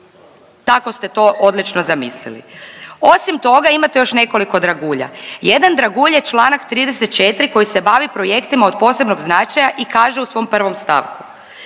Tako ste to odlično zamislili. Osim toga imate još nekoliko dragulja. Jedan dragulj je članak 34. koji se bavi projektima od posebnog značaja i kaže u svom 1. stavku.